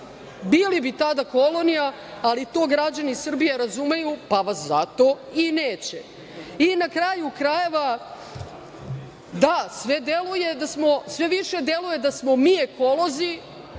bili bi tada kolonija, ali to građani Srbije razumeju, pa vas zato i neće. Na kraju krajeva, da, sve više deluje da smo mi ekolozi,